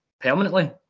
permanently